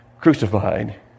crucified